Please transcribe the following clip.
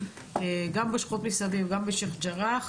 גם בשכונות מסביב וגם בשייח ג'ראח.